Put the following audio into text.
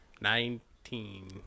Nineteen